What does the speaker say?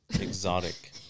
Exotic